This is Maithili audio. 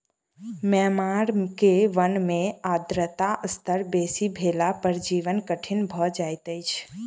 म्यांमार के वन में आर्द्रता स्तर बेसी भेला पर जीवन कठिन भअ जाइत अछि